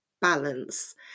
balance